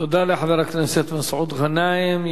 תודה לחבר הכנסת מסעוד גנאים.